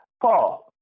Paul